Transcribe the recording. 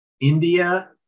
India